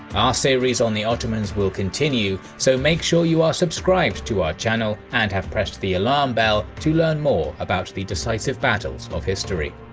our series on the ottomans will continue, so make sure you are subscribed to our channel and have pressed the alarm bell to learn more about the decisive battles of history.